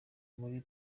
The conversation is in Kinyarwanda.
muri